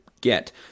get